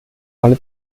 alle